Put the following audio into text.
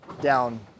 down